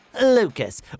lucas